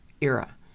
era